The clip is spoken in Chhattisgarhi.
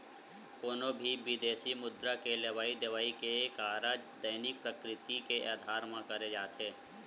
कोनो भी बिदेसी मुद्रा के लेवई देवई के कारज दैनिक प्रकृति के अधार म करे जाथे